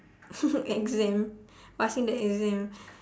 exam passing the exam